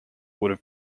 would